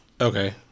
Okay